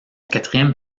quatrième